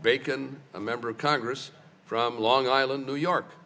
bacon a member of congress from long island new york